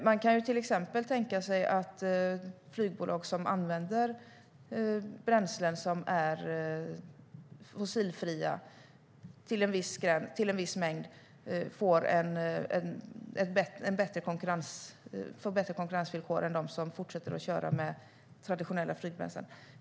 Man kan till exempel tänka sig att flygbolag som använder bränslen som är fossilfria till en viss mängd får bättre konkurrensvillkor än dem som fortsätter att köra med traditionella flygbränslen.